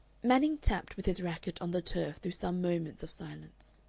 manning tapped with his racket on the turf through some moments of silence.